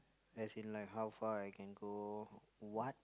as in like how far I can go what